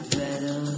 better